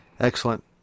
excellent